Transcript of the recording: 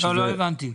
לא הבנתי.